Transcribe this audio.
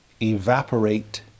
evaporate